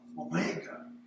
omega